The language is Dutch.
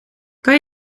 kan